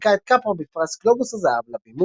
וזיכה את קפרה בפרס גלובוס הזהב על הבימוי.